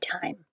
Time